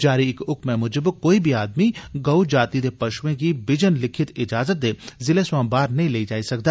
जारी इक हकमै मुजब कोई बी आदमी गऊ जाति दे पशुएं गी बिजव लिखित इजाजत दे जिले सवां बाहर नेंई लेई जाई सकदा